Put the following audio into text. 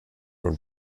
und